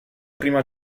prima